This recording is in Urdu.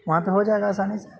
وہاں پہ ہو جائے گا آسانی سے